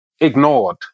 ignored